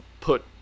put